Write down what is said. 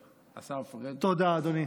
השר פריג' תודה, אדוני.